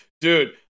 Dude